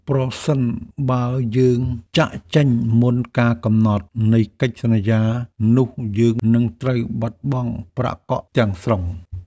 ប្រសិនបើយើងចាកចេញមុនកាលកំណត់នៃកិច្ចសន្យា នោះយើងអាចនឹងត្រូវបាត់បង់ប្រាក់កក់ទាំងស្រុង។